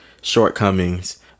shortcomings